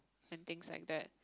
and things like that